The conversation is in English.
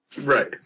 Right